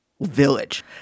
village